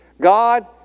God